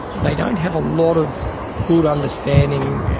they don't have a lot of good understanding